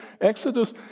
Exodus